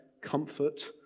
comfort